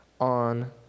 on